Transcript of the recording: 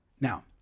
Now